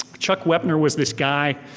chuck wepner was this guy,